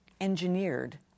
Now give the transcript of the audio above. engineered